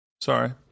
sorry